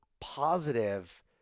positive